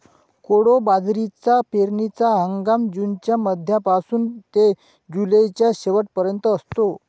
कोडो बाजरीचा पेरणीचा हंगाम जूनच्या मध्यापासून ते जुलैच्या शेवट पर्यंत असतो